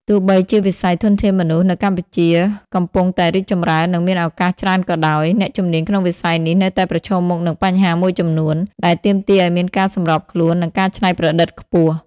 ទោះបីជាវិស័យធនធានមនុស្សនៅកម្ពុជាកំពុងតែរីកចម្រើន និងមានឱកាសច្រើនក៏ដោយ អ្នកជំនាញក្នុងវិស័យនេះនៅតែប្រឈមមុខនឹងបញ្ហាមួយចំនួន ដែលទាមទារឱ្យមានការសម្របខ្លួន និងការច្នៃប្រឌិតខ្ពស់។